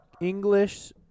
English